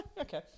Okay